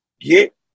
get